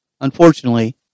unfortunately